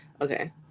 okay